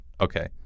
Okay